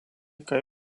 kaip